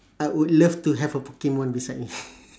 I would love to have a pokemon beside me